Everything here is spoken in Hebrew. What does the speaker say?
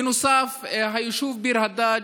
בנוסף, היישוב ביר הדאג'